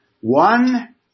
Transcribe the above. One